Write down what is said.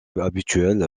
habituel